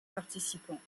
participants